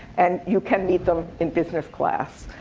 and you can meet them in business class.